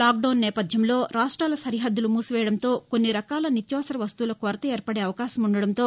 lockdown నేపథ్యంలో రాష్ట్రాల సరిహద్లులు మూసివేయడంతో కొన్ని రకాల నిత్యావసర వస్తువుల కొరత ఏర్పడే అవకాశం ఉండటంతో